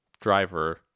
driver